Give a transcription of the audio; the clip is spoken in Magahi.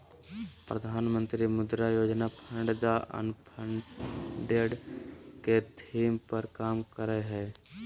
प्रधानमंत्री मुद्रा योजना फंड द अनफंडेड के थीम पर काम करय हइ